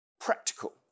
practical